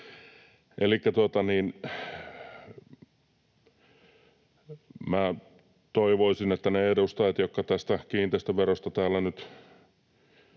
toivoisin, että ne edustajat, jotka tätä kiinteistöveroa täällä